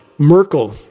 Merkel